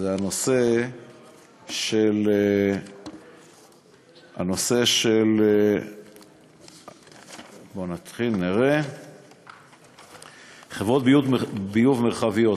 בנושא חברות ביוב מרחביות.